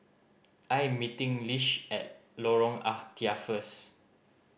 I am meeting Lish at Lorong Ah Thia first